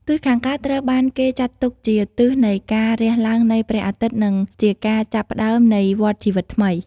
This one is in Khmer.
ទិសខាងកើតត្រូវបានគេចាត់ទុកជាទិសនៃការរះឡើងនៃព្រះអាទិត្យនិងជាការចាប់ផ្តើមនៃវដ្ដជីវិតថ្មី។